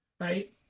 right